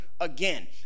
again